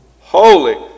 Holy